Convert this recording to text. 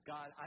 God